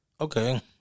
Okay